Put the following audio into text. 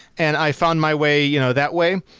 and i found my way you know that way.